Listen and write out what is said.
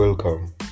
Welcome